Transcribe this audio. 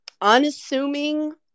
unassuming